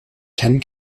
ten